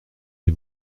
les